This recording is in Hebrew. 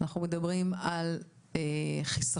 אנחנו מדברים על חיסכון.